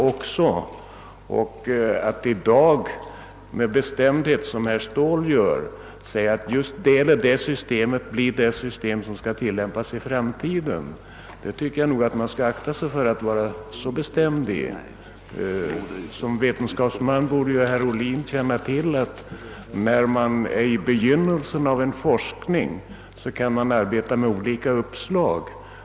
Att i dag — som herr Ståhl gör — med bestämdhet förklara att just ett visst system blir det som skall tillämpas i framtiden bör man akta sig för. Som vetenskapsman borde herr Ohlin känna till, att man i begynnelsen av en forskning kan arbeta med olika uppslag.